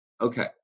Okay